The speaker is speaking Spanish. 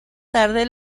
tarde